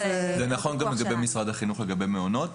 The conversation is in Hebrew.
זה נכון גם לגבי משרד החינוך, לגבי מעונות.